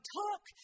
talk